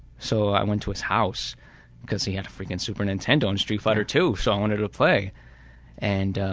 so i went to his house cause he had a freakin super nintendo and street fighter two so i wanted to play and